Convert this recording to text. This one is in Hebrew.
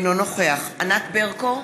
אינו נוכח ענת ברקו,